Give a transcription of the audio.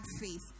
faith